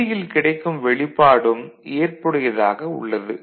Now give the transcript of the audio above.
இறுதியில் கிடைக்கும் வெளிப்பாடும் ஏற்புடையதாக உள்ளது